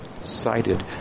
cited